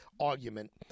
argument